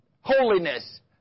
Holiness